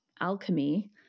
alchemy